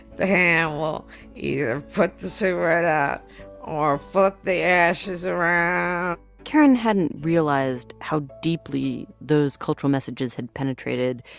the hand will either put the cigarette out or flick the ashes around karen hadn't realized how deeply those cultural messages had penetrated.